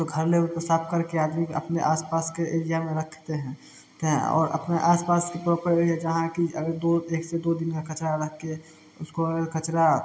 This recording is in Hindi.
घर लेवल पर साफ़ करके अपने आसपास के एरिया में रखते हैं और अपने आस पास प्रॉपर एरिया जहाँ कि एक से दो दिन का कचरा रख के और है कचरा